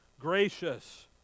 gracious